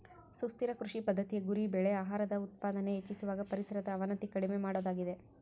ಸುಸ್ಥಿರ ಕೃಷಿ ಪದ್ದತಿಯ ಗುರಿ ಬೆಳೆ ಆಹಾರದ ಉತ್ಪಾದನೆ ಹೆಚ್ಚಿಸುವಾಗ ಪರಿಸರದ ಅವನತಿ ಕಡಿಮೆ ಮಾಡೋದಾಗಿದೆ